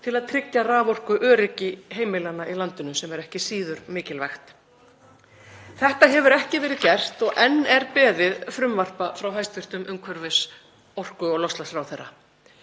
til að tryggja raforkuöryggi heimilanna í landinu, sem er ekki síður mikilvægt. Þetta hefur ekki verið gert og enn er beðið frumvarpa frá hæstv. umhverfis-, orku- og loftslagsráðherra.